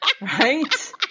Right